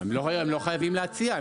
הם לא חייבים להציע.